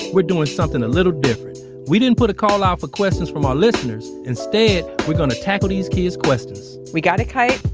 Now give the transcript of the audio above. we're doing something a little different. we didn't put a call out for questions from our listeners instead, we're gonna tackle these kids' questions we got a kite.